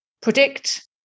predict